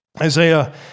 Isaiah